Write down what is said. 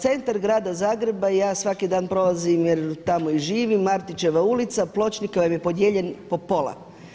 Centar grada Zagreba, ja svaki dan prolazim jer tamo i živim, Martićeva ulica, pločnik vam je podijeljen po pola.